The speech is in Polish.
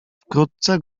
wkrótce